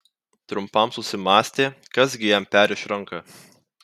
trumpam susimąstė kas gi jam perriš ranką